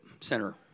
center